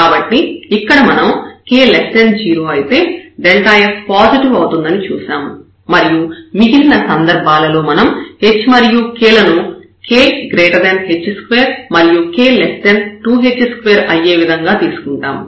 కాబట్టి ఇక్కడ మనం k 0 అయితే f పాజిటివ్ అవుతుందని చూశాము మరియు మిగిలిన సందర్భాలలో మనం h మరియు k లను k h2 మరియు k 2h2 అయ్యేవిధంగా తీసుకుంటాము